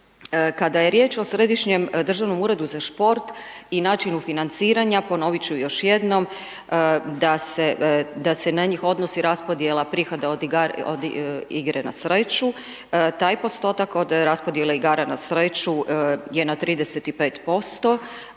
Kada je riječ o središnjem državnom uredu za šport i načinu financiranja, ponoviti ću još jednom, da se na njih odnosi raspodjela prihoda od igre na sreću, taj postotak, od raspodijele igara na sreću je na 35%,